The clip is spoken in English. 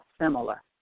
similar